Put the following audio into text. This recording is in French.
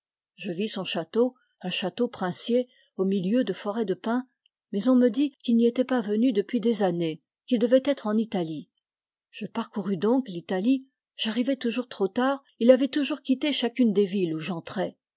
je vis son château un château princier au milieu de forets de pins mais on me dit qu'il n'y était pas venu depuis des années qu'il devait être en italie je parcourus donc l'italie j'arrivais toujours trop tard il avait toujours quitté chacune des villes où j'entrais